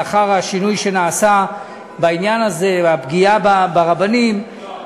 לאחר השינוי שנעשה בעניין הזה והפגיעה ברבנים,